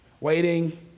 Waiting